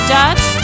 Dutch